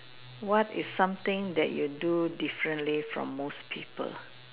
what is something that you do differently from most people